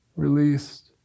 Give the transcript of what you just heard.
Released